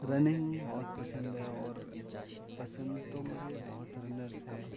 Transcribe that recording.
running بہت پسند ہے اور پسند تو مجھے بہت رنرس ہے